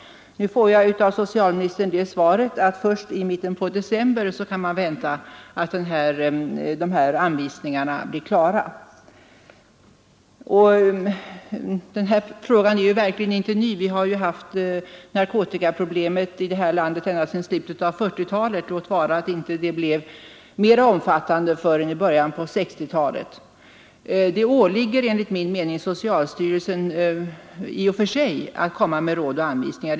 Nu får jag av socialministern svaret att man först i mitten på december kan vänta att anvisningarna blir klara. Denna fråga är verkligen inte ny. Vi har i detta land haft narkotikaproblem ända sedan slutet av 1940-talet låt vara att de inte blev mera omfattande förr: än i början på 1960-talet. Enligt min mening åligger det i och för sig socialstyrelsen att komma med råd och anvisningar.